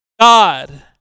God